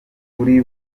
kuri